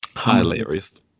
Hilarious